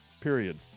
period